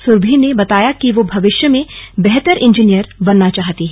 सुरभि ने बताया कि वह भविष्य में बेहतर इंजीनियर बनना चाहती है